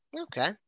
Okay